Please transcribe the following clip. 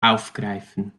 aufgreifen